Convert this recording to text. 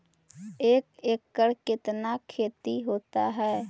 एक एकड़ कितना खेति होता है?